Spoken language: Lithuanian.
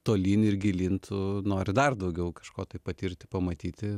tolyn ir gilyn tu nori dar daugiau kažko tai patirti pamatyti